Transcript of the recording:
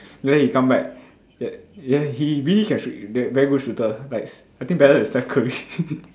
then he come back then he really can shoot v~ very good shooter like I think better than Steph Curry